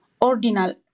ordinal